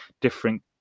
different